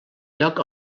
lloc